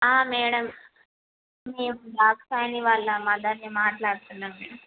madam Dakshayani వాళ్ళ మదర్ని మాట్లాడుతున్నాను